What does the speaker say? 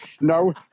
no